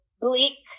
bleak